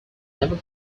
never